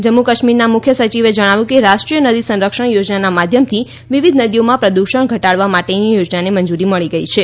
જમ્મુ કાશ્મીરના મુખ્ય સચિવે જણાવ્યું કે રાષ્ટ્રીય નદી સંરક્ષણ યોજનાના માધ્યમથી વિવિધ નદીઓમાં પ્રદૃષણ ઘટાડવા માટેની યોજનાને મંજુરી મળી ગઇ છે